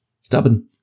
stubborn